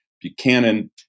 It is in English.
Buchanan